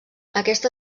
aquesta